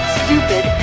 stupid